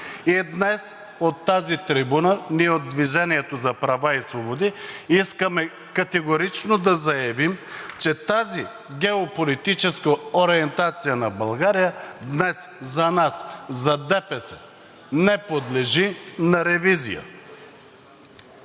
И днес от тази трибуна ние от „Движение за права и свободи“ искаме категорично да заявим, че тази геополитическа ориентация на България днес за нас, за ДПС, не подлежи на ревизия.